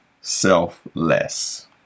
selfless